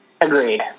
Agreed